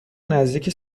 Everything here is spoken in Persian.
نزدیک